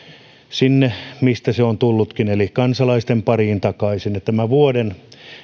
sinne mistä se on tullutkin eli kansalaisten pariin takaisin tämä vuoden